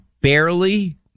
barely